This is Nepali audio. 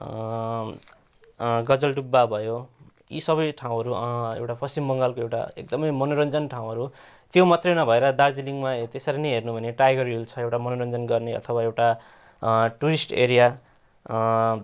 गजलडुब्बा भयो यी सबै ठाउँहरू एउटा पश्चिम बङ्गालको एउटा एकदमै मनोरन्जन ठाउँहरू हो त्यो मात्रै नभएर दार्जिलिङमा हे त्यसरी नै हेर्नु हो भने टाइगर हिल छ एउटा मनोरन्जन गर्ने अथवा एउटा टुरिस्ट एरिया